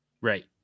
Right